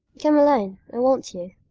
come alone i want you.